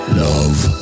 love